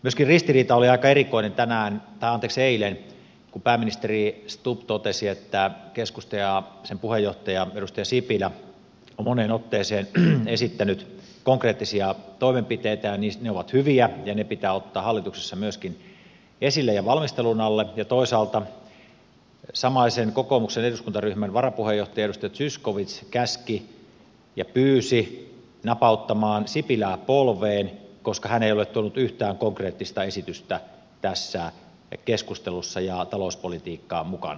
myöskin ristiriita oli aika erikoinen eilen kun pääministeri stubb totesi että keskusta ja sen puheenjohtaja edustaja sipilä ovat moneen otteeseen esittäneet konkreettisia toimenpiteitä ja ne ovat hyviä ja ne pitää ottaa hallituksessa myöskin esille ja valmistelun alle ja toisaalta samaisen kokoomuksen eduskuntaryhmän varapuheenjohtaja edustaja zyskowicz käski ja pyysi napauttamaan sipilää polveen koska tämä ei ole tuonut yhtään konkreettista esitystä tässä keskustelussa ja talouspolitiikkaan mukanaan